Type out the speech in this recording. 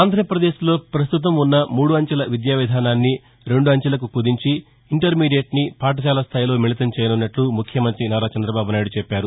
ఆంధ్రాపదేశ్లో ప్రస్తుతం ఉన్న మూడు అంచెల విద్యా విధానాన్ని రెండు అంచెలకు కుదించి ఇంటర్మీడియెట్ని పాఠశాల స్థాయిలో మిళితం చేయనున్నట్లు ముఖ్యమంతి నారా చందబాబు నాయుడు చెప్పారు